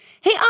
Hey